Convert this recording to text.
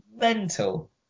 mental